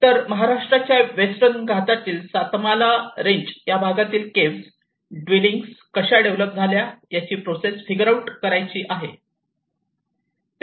तर महाराष्ट्राच्या वेस्टर्न घाटाच्या सतमाला रेंज या भागात केव्ह द्वैललिंग्स कशा डेव्हलप झाल्या याची प्रोसेस फिगर आऊट करायची आहे